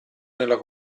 nella